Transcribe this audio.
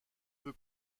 peu